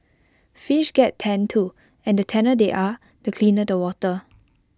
fish get tanned too and the tanner they are the cleaner the water